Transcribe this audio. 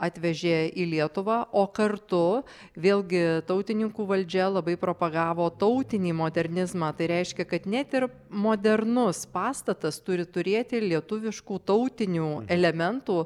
atvežė į lietuvą o kartu vėlgi tautininkų valdžia labai propagavo tautinį modernizmą tai reiškia kad net ir modernus pastatas turi turėti lietuviškų tautinių elementų